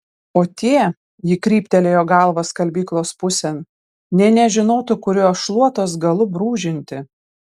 o tie ji kryptelėjo galva skalbyklos pusėn nė nežinotų kuriuo šluotos galu brūžinti